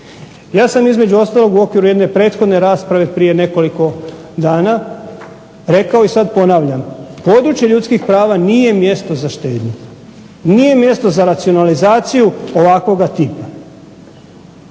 ja sam između ostalog u okviru jedne prethodne rasprave prije nekoliko dana rekao i sad ponavljam područje ljudskih prava nije mjesto za štednju, nije mjesto za racionalizaciju ovakvoga tipa.